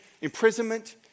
imprisonment